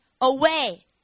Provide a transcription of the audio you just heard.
away